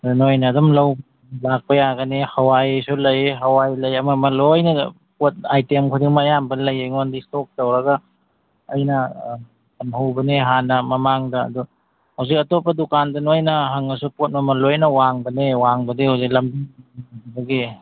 ꯑꯗꯨ ꯅꯣꯏꯅ ꯑꯗꯨꯝ ꯂꯧ ꯂꯥꯛꯄ ꯌꯥꯒꯅꯤ ꯍꯋꯥꯏꯁꯨ ꯂꯩ ꯍꯋꯥꯏ ꯂꯩ ꯑꯃ ꯑꯃ ꯂꯣꯏꯅ ꯄꯣꯠ ꯑꯥꯏꯇꯦꯝ ꯈꯨꯗꯤꯡꯃꯛ ꯑꯌꯥꯝꯕ ꯂꯩ ꯑꯩꯉꯣꯟꯗ ꯏꯁꯇꯣꯛ ꯇꯧꯔꯒ ꯑꯩꯅ ꯊꯝꯍꯧꯕꯅꯤ ꯍꯥꯟꯅ ꯃꯃꯥꯡꯗ ꯑꯗꯣ ꯍꯧꯖꯤꯛ ꯑꯇꯣꯞꯄ ꯗꯨꯀꯥꯟꯗ ꯅꯣꯏꯅ ꯍꯪꯉꯁꯨ ꯄꯣꯠ ꯃꯃꯟ ꯂꯣꯏꯅ ꯋꯥꯡꯕꯅꯦ ꯋꯥꯡꯕꯗꯤ ꯍꯧꯖꯤꯛ ꯂꯝꯕꯤ